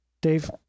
Dave